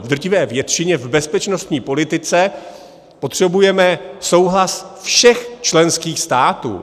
V drtivé většině v bezpečnostní politice potřebujeme souhlas všech členských států.